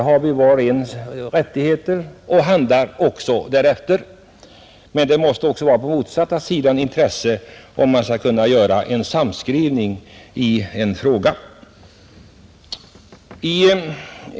Där har ju var och en rättighet att handla som man vill, och det gör vi också. Men även på motsatta sidan måste det finnas ett intresse, om man skall åstadkomma en samskrivning i en fråga.